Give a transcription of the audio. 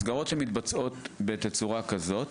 הסגרות שמתבצעות בתצורה כזו,